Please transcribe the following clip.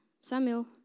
Samuel